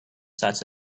such